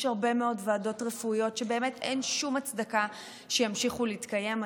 יש הרבה מאוד ועדות רפואיות שבאמת אין שום הצדקה שימשיכו להתקיים.